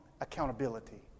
accountability